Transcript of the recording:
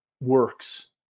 works